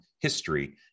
history